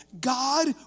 God